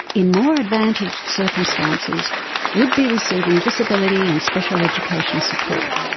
in more advantaged circumstances would be receiving disability and special education support.